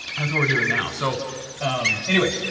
that's what we're doing now. so anyway,